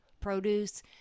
produce